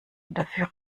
dafür